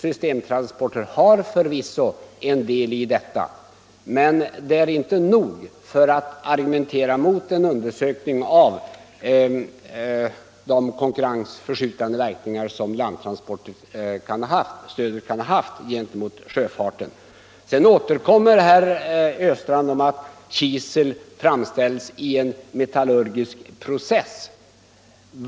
Systemtransporter har förvisso en del i detta, men det är inte nog för att argumentera mot en undersökning av de konkurrensförskjutande verkningar som landtransportstödet kan ha haft gentemot sjöfarten. Sedan återkommer herr Östrand till att kisel framställs i en metallurgisk process.